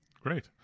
Great